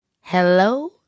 Hello